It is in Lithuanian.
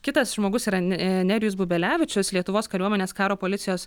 kitas žmogus yra ne nerijus bubelevičius lietuvos kariuomenės karo policijos